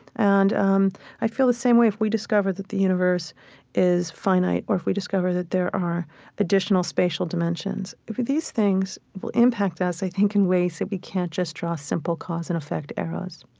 and um i'd feel the same way if we discovered that the universe is finite or if we discovered that there are additional spatial dimensions, if these things will impact us, i think, in ways that we can't just draw simple cause-and-effect arrows